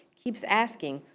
keeps asking,